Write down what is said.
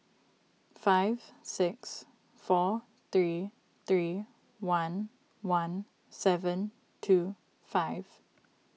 five six four three three one one seven two five